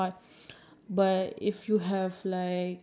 and colour correct colour corrector